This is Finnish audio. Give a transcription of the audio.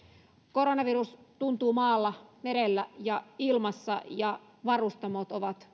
koronavirus tuntuu maalla merellä ja ilmassa ja myös varustamot ovat